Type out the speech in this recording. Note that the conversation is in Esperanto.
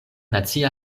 nacia